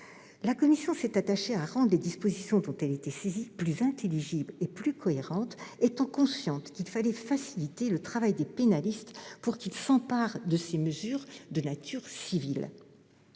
La commission s'est attachée à rendre les dispositions dont elle était saisie plus intelligibles et plus cohérentes, étant consciente qu'il fallait faciliter le travail des pénalistes pour qu'ils s'emparent de ces mécanismes de nature civile.